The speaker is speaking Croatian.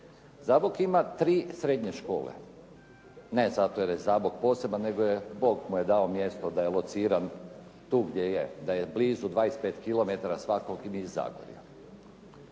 Zabok ima tri srednje škole, ne zato jer je Zabok poseban nego Bog mu je dao mjesto da je lociran tu gdje je, da je blizu 25 kilometara svakog iz Zagorja.